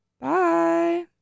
bye